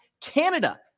Canada